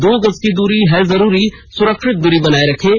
दो गज की दूरी है जरूरी सुरक्षित दूरी बनाए रखें